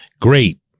great